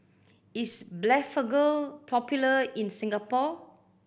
is Blephagel popular in Singapore